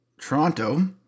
Toronto